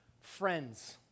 friends